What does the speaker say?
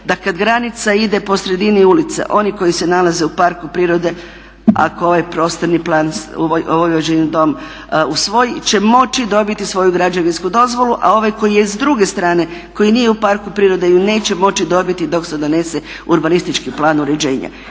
da kad granica ide po sredini ulice oni koji se nalaze u parku prirode ako ovaj prostorni plan ovaj uvaženi Dom usvoji će moći dobiti svoju građevinsku dozvolu, a ovaj koji je s druge strane koji nije u parku prirode je neće moći dobiti dok se ne donese urbanistički plan uređenja.